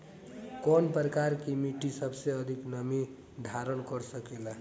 कौन प्रकार की मिट्टी सबसे अधिक नमी धारण कर सकेला?